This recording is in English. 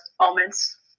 moments